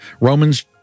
Romans